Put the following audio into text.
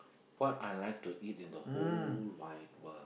what I like to eat in the whole wide world